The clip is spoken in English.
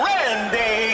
Randy